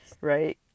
right